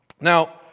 Now